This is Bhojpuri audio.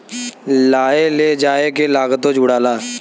लाए ले जाए के लागतो जुड़ाला